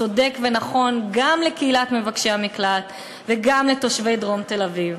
צודק ונכון גם לקהילת מבקשי המקלט וגם לתושבי דרום תל-אביב.